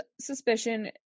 suspicion